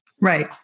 Right